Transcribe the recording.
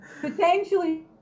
Potentially